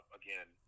again